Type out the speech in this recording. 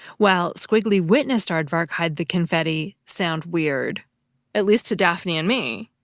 while squiggly witnessed aardvark hide the confetti sounds weird at least to daphne and me?